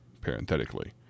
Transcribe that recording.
parenthetically